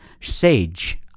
sage